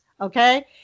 okay